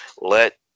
let